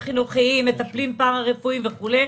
ומלואו.